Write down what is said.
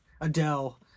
Adele